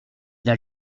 d’un